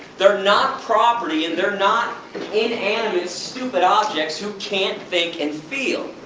they are not property! and they are not and inanimate, stupid objects, who can't think and feel!